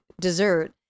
dessert